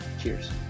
Cheers